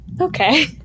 Okay